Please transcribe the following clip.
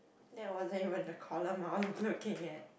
that wasn't even the column I was looking at